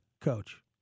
coach